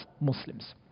Muslims